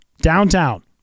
Downtown